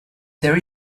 there